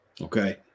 okay